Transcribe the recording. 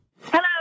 Hello